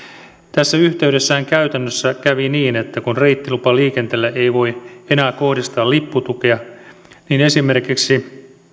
tässä yhteydessähän käytännössä kävi niin että kun reittilupaliikenteelle ei voi enää kohdistaa lipputukea esimerkiksi